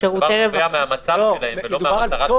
כשהדבר נובע מהמצב שלהם ולא מהמטרה.